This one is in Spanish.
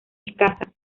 escasa